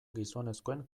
gizonezkoen